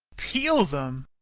peel them?